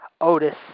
Otis